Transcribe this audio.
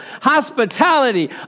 hospitality